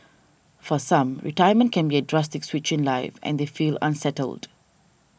for some retirement can be a drastic switch in life and they feel unsettled